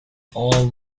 all